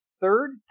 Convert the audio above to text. third